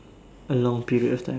a long period of time